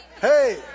Hey